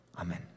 Amen